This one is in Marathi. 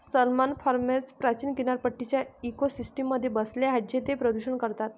सॅल्मन फार्म्स प्राचीन किनारपट्टीच्या इकोसिस्टममध्ये बसले आहेत जे ते प्रदूषित करतात